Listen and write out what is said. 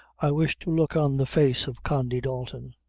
i wish to look on the face of condy dalton.